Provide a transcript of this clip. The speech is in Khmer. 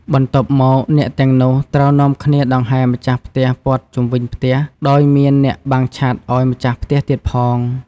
បន្ទាប់មកអ្នកទាំងនោះ ត្រូវនាំគ្នាដង្ហែម្ចាស់ផ្ទះព័ទ្ធជុំវិញផ្ទះ ដោយមានអ្នកបាំងឆ័ត្រឱ្យម្ចាស់ផ្ទះទៀតផង។